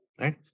right